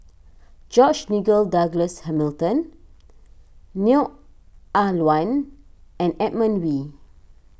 George Nigel Douglas Hamilton Neo Ah Luan and Edmund Wee